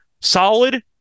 solid